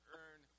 earn